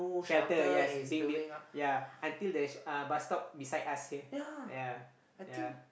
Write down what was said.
shelter yes being built ya until the uh bus stop beside us here ya ya